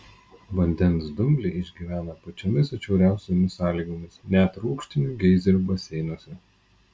vandens dumbliai išgyvena pačiomis atšiauriausiomis sąlygomis net rūgštinių geizerių baseinuose